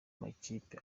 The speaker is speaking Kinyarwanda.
amakipe